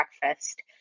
breakfast